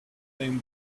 claim